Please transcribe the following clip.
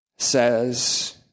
says